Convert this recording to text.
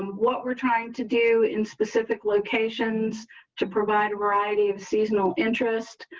what we're trying to do in specific locations to provide a variety of seasonal interest.